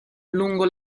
lungo